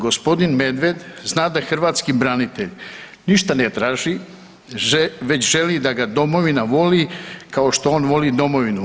Gospodin Medved zna da hrvatski branitelj ništa ne traži već želi da ga Domovina voli kao što on voli Domovinu.